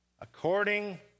according